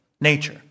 Nature